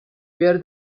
where